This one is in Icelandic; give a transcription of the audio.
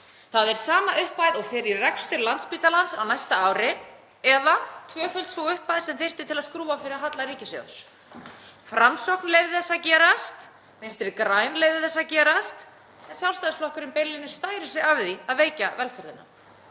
Það er sama upphæð og fer í rekstur Landspítalans á næsta ári eða tvöföld sú upphæð sem þyrfti til að skrúfa fyrir halla ríkissjóðs. Framsókn leyfði þessu að gerast, Vinstri græn leyfðu þessu að gerast en Sjálfstæðisflokkurinn stærir sig beinlínis af því að veikja velferðina.